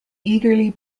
eagerly